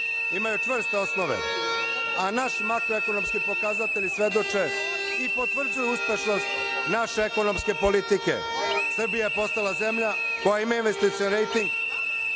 imaju čvrste osnove, a naši makroekonomski pokazatelji svedoče i potvrđuju uspešnost naše ekonomske politike. Srbija je postala zemlja koja ima investicioni rejting,